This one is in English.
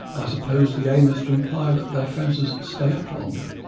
i suppose the aim is to imply that their fences stay up longer.